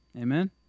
Amen